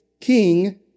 King